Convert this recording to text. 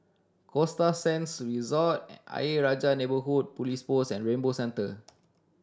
Costa Sands Resort Ayer Rajah Neighbourhood Police Post and Rainbow Centre